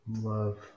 Love